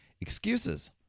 Excuses